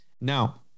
now